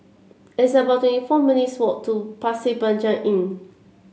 it's about twenty four minutes' walk to Pasir Panjang Inn